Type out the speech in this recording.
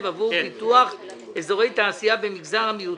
עבור פיתוח אזורי תעשייה במגזר המיעוטים.